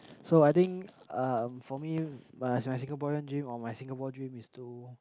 so I think um for me my my Singaporean dream or my Singapore dream is to